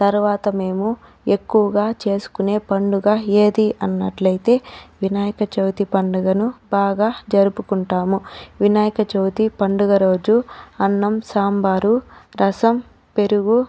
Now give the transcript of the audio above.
తర్వాత మేము ఎక్కువగా చేసుకునే పండుగ ఏది అన్నట్లయితే వినాయక చవితి పండుగను బాగా జరుపుకుంటాము వినాయక చవితి పండుగ రోజు అన్నం సాంబారు రసం పెరుగు